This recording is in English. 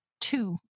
two